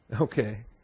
Okay